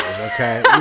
okay